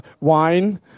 wine